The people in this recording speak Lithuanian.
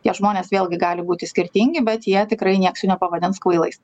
tie žmonės vėlgi gali būti skirtingi bet jie tikrai nieks jų nepavadins kvailais